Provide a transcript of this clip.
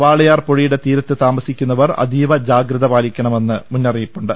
വാളയാർ പുഴയുടെ തീരത്ത് താമസിക്കുന്നവർ അതീവ ജാഗ്രത പാലിക്കണമെന്ന് മുന്നറിയിപ്പുണ്ട്